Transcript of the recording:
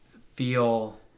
feel